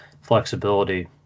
flexibility